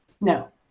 No